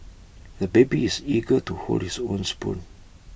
the baby is eager to hold his own spoon